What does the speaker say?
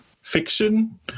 fiction